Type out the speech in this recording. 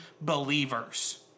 believers